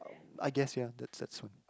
I guess ya that's that's one